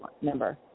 number